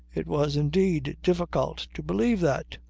it was indeed difficult to believe that,